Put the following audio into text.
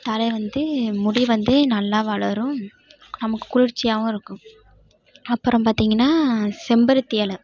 தலை வந்து முடி வந்து நல்லா வளரும் நமக்கு குளிர்ச்சியாகவும் இருக்கும் அப்புறம் பார்த்திங்கனா செம்பருத்தி இல